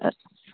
अ